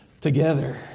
together